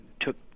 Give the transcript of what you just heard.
took